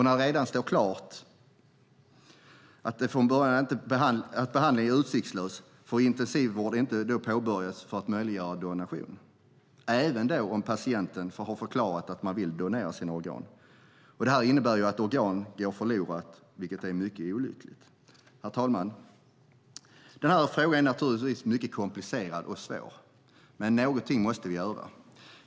När det redan står klart att behandling är utsiktslös får intensivvård inte påbörjas för att möjliggöra donation även om patienten förklarat att den vill donera sina organ. Det innebär att organ går förlorade, vilket är mycket olyckligt. Herr talman! Denna fråga är naturligtvis mycket komplicerad och svår. Men någonting måste vi göra.